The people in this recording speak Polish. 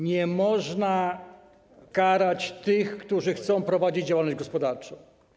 Nie można karać tych, którzy chcą prowadzić działalność gospodarczą.